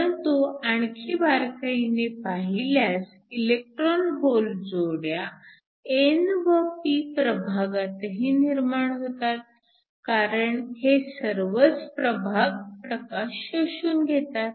परंतु आणखी बारकाईने पाहिल्यास इलेक्ट्रॉन होल जोड्या n व p प्रभागातही निर्माण होतात कारण हे सर्वच प्रभाग प्रकाश शोषून घेतात